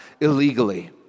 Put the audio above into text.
illegally